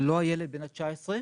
לא הילד בן ה-19,